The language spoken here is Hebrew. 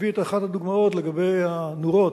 הביא את אחת הדוגמאות לגבי הנורות.